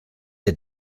the